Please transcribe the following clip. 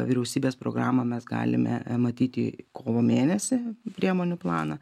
vyriausybės programą mes galime matyti kovo mėnesį priemonių planą